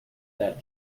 that